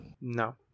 No